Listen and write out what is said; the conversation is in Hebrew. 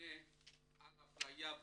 ממונה על אפליה בגזענות,